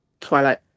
Twilight